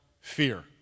fear